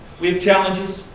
we have challenges,